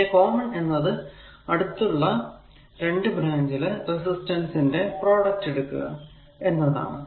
പിന്നെ കോമൺ എന്നത് അടുത്തുള്ള 2 ബ്രാഞ്ചിലെ റെസിസ്റ്റൻസ് ന്റെ പ്രോഡക്റ്റ് എടുക്കുക എന്നതാണ്